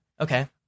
Okay